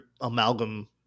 amalgam